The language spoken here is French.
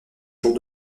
jour